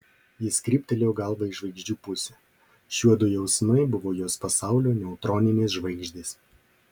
jis kryptelėjo galvą į žvaigždžių pusę šiuodu jausmai buvo jos pasaulio neutroninės žvaigždės